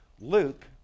Luke